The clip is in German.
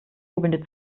jubelnde